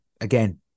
again